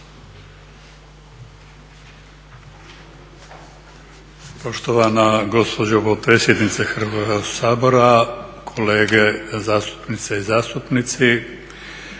Poštovana gospođo potpredsjednice Hrvatskog sabora, kolege zastupnice i zastupnici